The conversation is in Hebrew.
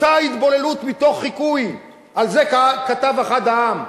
אותה התבוללות מתוך חיקוי, על זה כתב אחד העם,